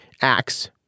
Acts